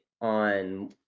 on